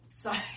Sorry